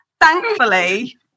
Thankfully